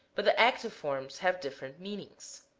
but the active forms have different meanings.